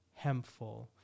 hempful